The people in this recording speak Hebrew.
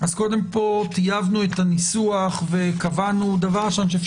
פה טייבנו את הניסוח וקבענו אני חושב